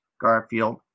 Garfield